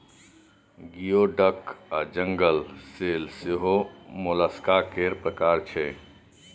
गियो डक आ जंगल सेल सेहो मोलस्का केर प्रकार छै